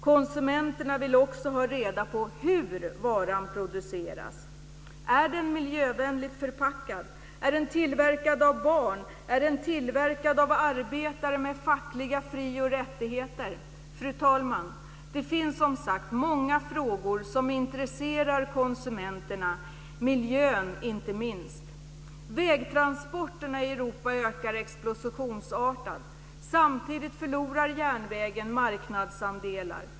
Konsumenterna vill också ha reda på hur varan produceras. Är den miljövänligt förpackad? Är den tillverkad av barn? Är den tillverkad av arbetare med fackliga fri och rättigheter? Fru talman! Det finns som sagt många frågor som intresserar konsumenterna. Det gäller inte minst miljön. Vägtransporterna ökar explosionsartat i Europa. Samtidigt förlorar järnvägen marknadsandelar.